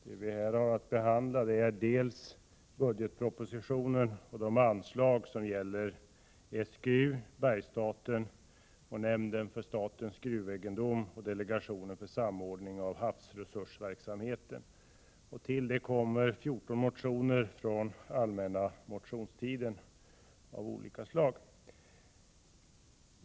Det gäller dels budgetpropositionen, dels de anslag som avser SGU, bergsstaten, nämnden för statens gruvegendom och delegationen för samordning av havsresursverksamheten. Till detta kommer 14 olika motioner väckta under den allmänna motionstiden.